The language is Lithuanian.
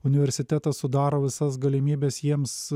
universitetas sudaro visas galimybes jiems